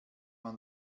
man